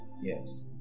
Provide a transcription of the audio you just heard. Yes